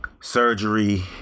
surgery